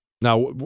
Now